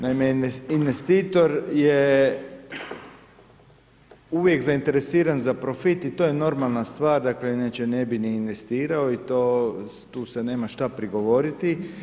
Naime, investitor je uvijek zainteresiran za profit i to je normalna stvar dakle inače ne bi ni investirao i tu se nema šta prigovoriti.